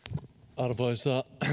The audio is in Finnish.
arvoisa